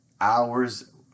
hours